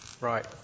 Right